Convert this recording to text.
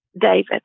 David